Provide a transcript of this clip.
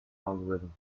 algorithm